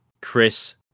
Chris